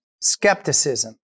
skepticism